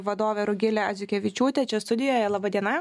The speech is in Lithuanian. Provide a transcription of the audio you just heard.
vadovė rugilė adziukevičiūtė čia studijoje laba diena